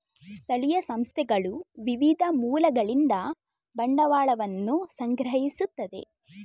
ಸ್ಥಳೀಯ ಸಂಸ್ಥೆಗಳು ವಿವಿಧ ಮೂಲಗಳಿಂದ ಬಂಡವಾಳವನ್ನು ಸಂಗ್ರಹಿಸುತ್ತದೆ